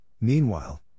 meanwhile